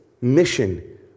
mission